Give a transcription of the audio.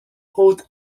haute